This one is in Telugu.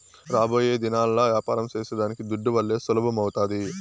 రాబోయేదినాల్ల యాపారం సేసేదానికి దుడ్డువల్లే సులభమౌతాది